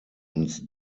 uns